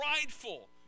prideful